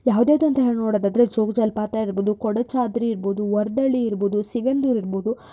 ಯಾವ್ದು ಯಾವ್ದು ಅಂತ ಹೇಳಿ ನೋಡೋದಾದ್ರೆ ಜೋಗ ಜಲಪಾತ ಇರ್ಬೋದು ಕೊಡಚಾದ್ರಿ ಇರ್ಬೋದು ವರದಳ್ಳಿ ಇರ್ಬೋದು ಸಿಗಂದೂರು ಇರ್ಬೋದು